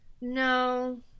No